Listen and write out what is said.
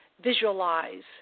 visualize